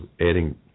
adding